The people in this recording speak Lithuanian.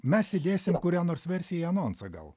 mes įdėsim kurią nors versiją į anonsą gal